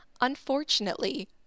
unfortunately